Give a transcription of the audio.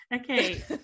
okay